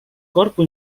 corpo